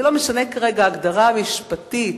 ולא משנה כרגע ההגדרה המשפטית,